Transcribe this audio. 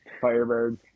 firebird